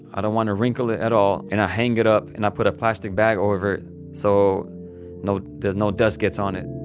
i don't want to wrinkle it at all, and i hang it up, and i put a plastic bag over so there's no dust gets on it.